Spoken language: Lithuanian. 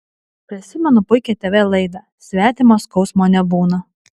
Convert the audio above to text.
prisimenu puikią tv laidą svetimo skausmo nebūna